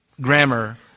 Grammar